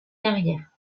carrière